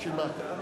נתקבלה.